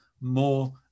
more